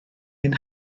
ein